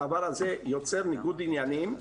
הדבר הזה יוצר ניגוד עניינים,